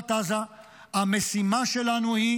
ברצועת עזה המשימה שלנו היא